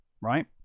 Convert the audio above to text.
right